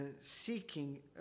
seeking